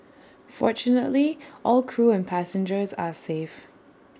fortunately all crew and passengers are safe